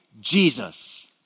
Jesus